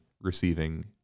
receiving